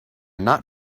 not